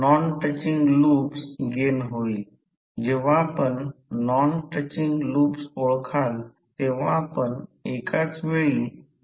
काही मटेरियलसाठी ते शोधू शकतो परंतु येथे हे डेरीवेशन दिलेले नाही आणि इतर गोष्टी दिल्या नाहीत फक्त हे लक्षात ठेवा की हे Pe Ke f 2 Bmax2 V watt आहे